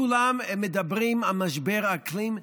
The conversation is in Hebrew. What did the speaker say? כולם מדברים על משבר האקלים,